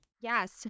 Yes